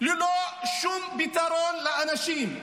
ללא שום פתרון לאנשים.